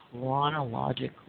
chronologically